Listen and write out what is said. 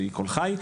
שהיא קול חי,